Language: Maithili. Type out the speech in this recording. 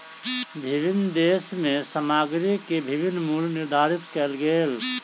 विभिन्न देश में सामग्री के विभिन्न मूल्य निर्धारित कएल गेल